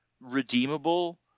redeemable